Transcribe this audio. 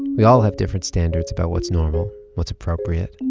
we all have different standards about what's normal, what's appropriate.